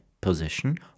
position